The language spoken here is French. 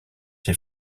ses